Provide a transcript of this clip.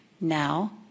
now